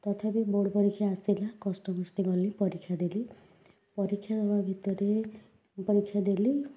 ତଥାପି ବୋର୍ଡ଼ ପରିକ୍ଷା ଆସିଲା କଷ୍ଟେ ମଷ୍ଟେ ଗଲି ପରିକ୍ଷା ଦେଲି ପରିକ୍ଷା ଦେବା ଭିତରେ ପରିକ୍ଷା ଦେଲି